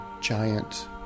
giant